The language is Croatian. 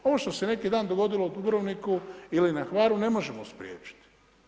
Ovo što se neki dan dogodilo u Dubrovniku ili na Hvaru ne možemo spriječiti.